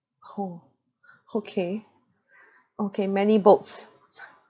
oh okay okay many boats